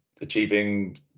achieving